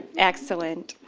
excellent.